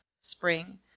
spring